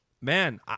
man